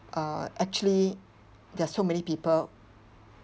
uh actually there's so many people